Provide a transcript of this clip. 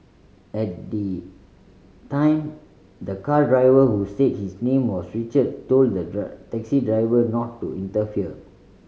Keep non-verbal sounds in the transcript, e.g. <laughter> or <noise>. at the time the car driver who said his name was Richard told the <unintelligible> taxi driver not to interfere